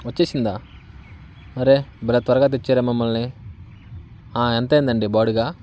వచ్చేసిందా అరే భలే త్వరగా తెచ్చారే మమ్మల్ని ఎంతయిందండి బాడుగ